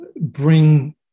bring